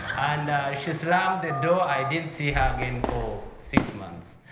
and she slammed the door. i didn't see her again for six months.